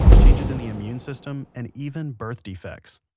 changes in the immune system and even birth defects.